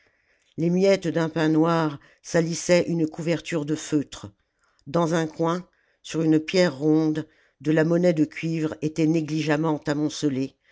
les miettes d'un pain noir salissaient une couverture de feutre dans un coin sur une pierre ronde de la monnaie de cuivre était négligemment amoncelée